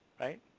right